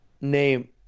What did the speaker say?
name